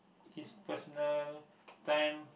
his personal time